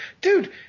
dude